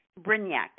Brignac